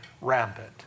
rampant